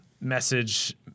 message